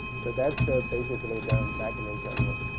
so that's the basically the mechanism